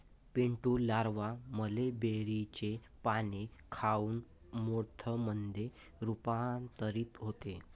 Pintu larva मलबेरीचे पाने खाऊन मोथ मध्ये रूपांतरित होते